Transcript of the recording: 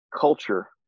culture